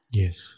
yes